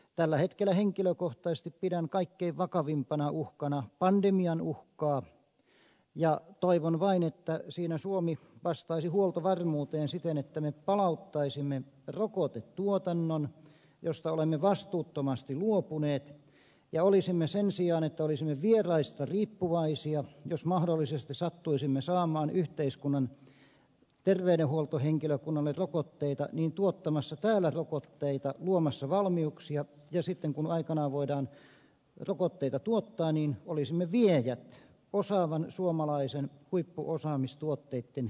tällä hetkellä henkilökohtaisesti pidän kaikkein vakavimpana uhkana pandemian uhkaa ja toivon vain että siinä suomi vastaisi huoltovarmuuteen siten että me palauttaisimme rokotetuotannon josta olemme vastuuttomasti luopuneet ja sen sijaan että olisimme vieraista riippuvaisia jos mahdollisesti sattuisimme saamaan yhteiskunnan terveydenhuoltohenkilökunnalle rokotteita olisimme tuottamassa täällä rokotteita luomassa valmiuksia ja sitten kun aikanaan voidaan rokotteita tuottaa niin olisimme viejät osaavia suomalaisia huippuosaamistuotteitten viejiä